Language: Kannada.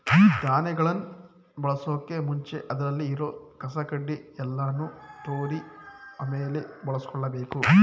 ಧಾನ್ಯಗಳನ್ ಬಳಸೋಕು ಮುಂಚೆ ಅದ್ರಲ್ಲಿ ಇರೋ ಕಸ ಕಡ್ಡಿ ಯಲ್ಲಾನು ತೂರಿ ಆಮೇಲೆ ಬಳುಸ್ಕೊಬೇಕು